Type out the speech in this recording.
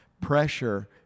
pressure